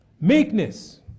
Meekness